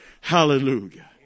Hallelujah